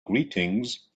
greetings